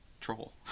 troll